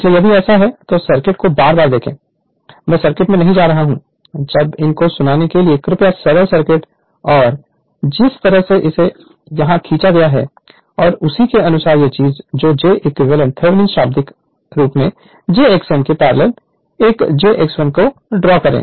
इसलिए यदि ऐसा है तो सर्किट को बार बार देखें मैं सर्किट में नहीं जा रहा हूं जब इन को सुनने के लिए कृपया सरल सर्किट और जिस तरह से इसे यहाँ खींचा गया है और उसी के अनुसार यह चीज़ जो j Thevenin शाब्दिक रूप से j x m के पैरेलल एक j X1 को ड्रा करें